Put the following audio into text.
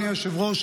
היושב-ראש.